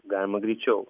galima greičiau